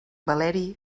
valeri